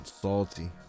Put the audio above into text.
Salty